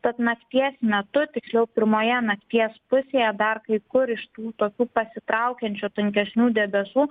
tad nakties metu tiksliau pirmoje nakties pusėje dar kai kur iš tų tokių pasitraukiančių tankesnių debesų